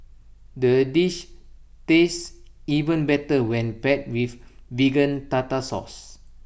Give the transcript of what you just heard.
the dish tastes even better when paired with Vegan Tartar Sauce